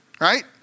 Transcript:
right